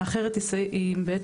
האחרת היא בעצם,